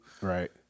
Right